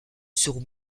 sourd